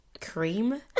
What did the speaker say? cream